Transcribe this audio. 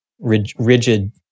rigid